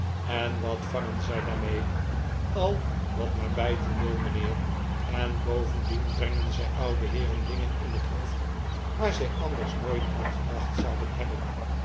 en wat vangen zij daarmee a wat maar bijten wil mijnheer en bovendien brengen zij oude heeren dingen in het hoofd waar zij anders nooit aan gedacht zouden hebben